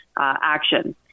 action